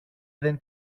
δεν